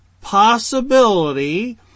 possibility